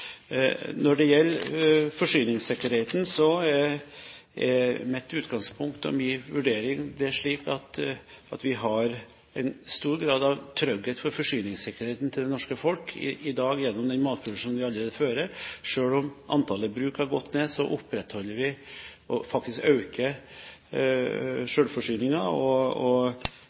Når det gjelder forsyningssikkerheten, er mitt utgangspunkt og min vurdering slik at vi har en stor grad av trygghet for forsyningssikkerheten til det norske folk i dag gjennom den matproduksjonen vi allerede fører. Selv om antallet bruk har gått ned, opprettholder vi – og faktisk øker – selvforsyningen og